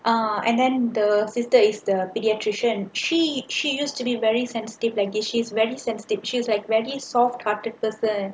uh and then the sister is the pediatrician she she used to be very sensitive like is she is very sensitive she like very soft hearted person